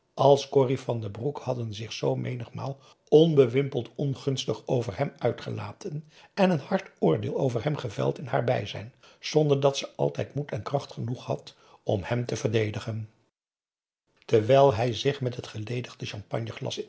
als corrie van den broek hadden zich zoo menigmaal onbewimpeld ongunstig over hem uitgelaten en een hard oordeel over hem geveld in haar bijzijn zonder dat ze altijd moed en kracht genoeg had om hem te verdedigen terwijl hij zich met het geledigde champagneglas